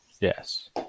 yes